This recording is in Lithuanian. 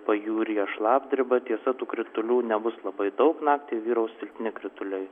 pajūryje šlapdriba tiesa tų kritulių nebus labai daug naktį vyraus silpni krituliai